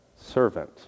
servant